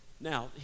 Now